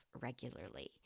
regularly